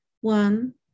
One